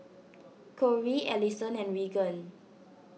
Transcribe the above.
Corey Alison and Regan